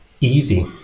easy